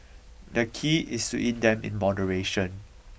the key is to eat them in moderation